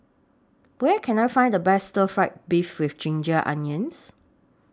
Where Can I Find The Best Stir Fry Beef with Ginger Onions